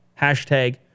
Hashtag